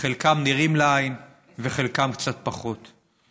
חלקם נראים לעין וחלקם קצת פחות.